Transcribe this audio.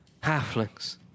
halflings